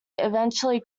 eventually